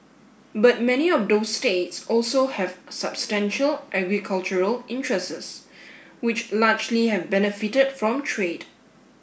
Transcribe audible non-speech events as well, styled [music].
but many of those states also have substantial agricultural [unintelligible] which largely have benefited from trade